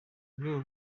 rwego